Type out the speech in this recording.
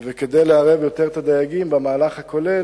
וכדי לערב יותר את הדייגים במהלך הכולל,